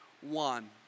one